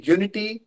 Unity